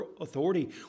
authority